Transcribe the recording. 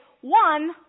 one